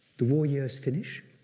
the war years finish.